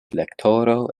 lektoro